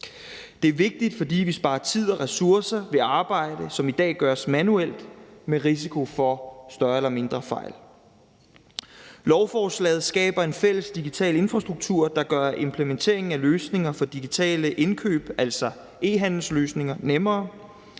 Det er vigtigt, fordi vi sparer tid og ressourcer ved arbejde, som i dag gøres manuelt med risiko for større eller mindre fejl. Lovforslaget skaber en fælles digital infrastruktur, der gør implementeringen af løsninger for digitale indkøb, altså e-handelsløsninger, nemmere.